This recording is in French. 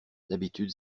d’habitude